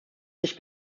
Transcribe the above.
sich